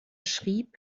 schrieb